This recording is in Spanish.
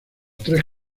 tres